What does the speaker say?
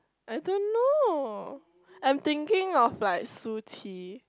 I don't know I'm thinking of like Shu-Qi